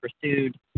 pursued